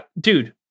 dude